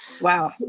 Wow